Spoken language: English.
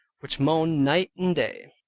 which moaned night and day,